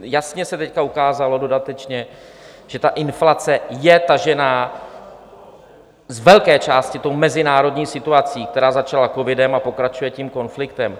Jasně se teď ukázalo dodatečně, že ta inflace je tažená z velké části mezinárodní situací, která začala covidem a pokračuje tím konfliktem.